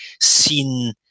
seen